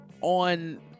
on